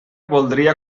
voldria